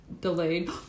delayed